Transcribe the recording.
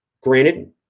Granted